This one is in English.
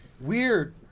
weird